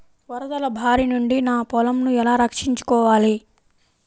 వరదల భారి నుండి నా పొలంను ఎలా రక్షించుకోవాలి?